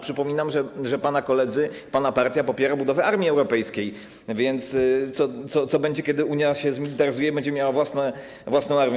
Przypominam, że pana koledzy, pana partia popiera budowę armii europejskiej, więc co będzie, kiedy Unia się zmilitaryzuje i będzie miała własną armię?